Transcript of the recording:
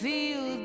Feel